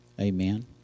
Amen